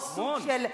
או סוג של,